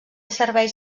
serveis